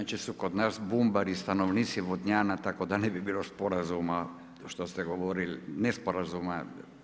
Inače su kod nas bumbari stanovnici Vodnjana, tako da ne bi bilo sporazuma što ste govorili, nesporazuma.